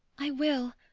i will,